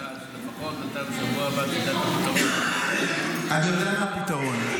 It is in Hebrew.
לפחות אתה בשבוע הבא תדע את הפתרון --- אני יודע מה הפתרון.